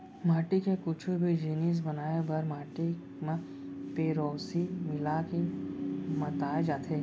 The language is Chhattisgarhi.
माटी के कुछु भी जिनिस बनाए बर माटी म पेरौंसी मिला के मताए जाथे